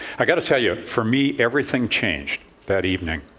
i've got to tell you, for me, everything changed that evening.